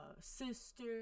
sister